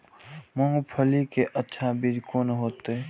मूंगफली के अच्छा बीज कोन होते?